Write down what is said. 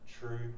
true